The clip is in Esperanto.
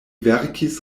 verkis